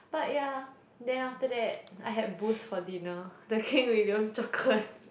but yeah then after that I had boost for dinner the King William chocolate